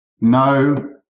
no